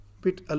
bit